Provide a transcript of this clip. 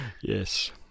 Yes